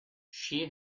she